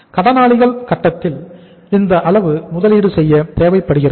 கடனாளிகள் கட்டத்தில் இந்த அளவு முதலீடு செய்ய தேவைப்படுகிறது